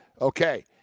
okay